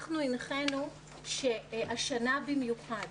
אנחנו הנחינו שהשנה במיוחד